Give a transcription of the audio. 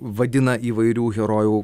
vadina įvairių herojų